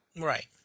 right